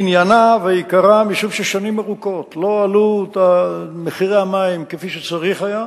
עניינה ועיקרה משום ששנים ארוכות לא עלו מחירי המים כפי שצריך היה,